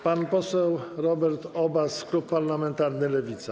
Pan poseł Robert Obaz, klub parlamentarny Lewica.